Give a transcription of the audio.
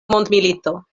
mondmilito